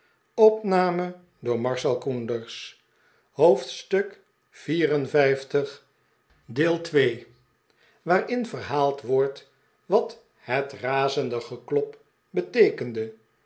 hoofdstuk liv waarin verhaald wordt wat het razende geklop beteekende